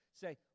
Say